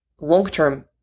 long-term